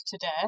today